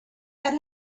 had